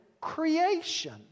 creation